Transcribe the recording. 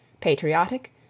patriotic